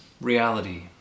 reality